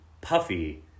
puffy